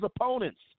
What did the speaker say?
opponents